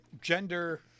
gender